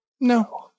no